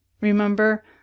Remember